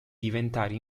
diventare